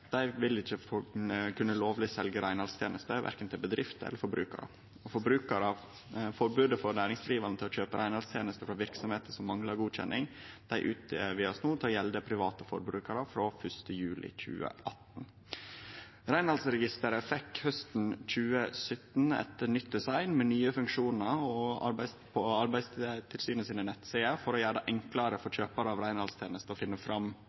dei tilsette samt vere registrert i bestemte offentlege register. Verksemder som ikkje er godkjende, vil ikkje lovleg kunne selje reinhaldstenester, verken til bedrifter eller forbrukarar. Forbodet for næringsdrivande mot å kjøpe reinhaldstenester frå verksemder som manglar godkjenning, blir no utvida til å gjelde private forbrukarar frå 1. juli 2018. Reinhaldsregisteret fekk hausten 2017 eit nytt design, med nye funksjonar, på nettsidene til Arbeidstilsynet, for å gjere det enklare for kjøparar av reinhaldstenester å finne fram